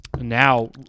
Now